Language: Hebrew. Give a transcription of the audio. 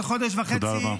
תודה רבה.